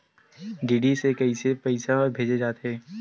DD से कइसे पईसा भेजे जाथे?